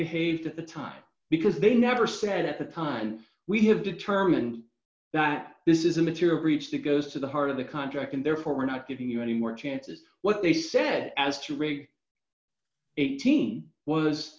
behaved at the time because they never said at the time we have determined that this is a material breach that goes to the heart of the contract and therefore we're not giving you any more chances what they said as true eighteen was